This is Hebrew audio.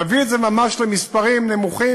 להביא את זה ממש למספרים נמוכים,